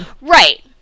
Right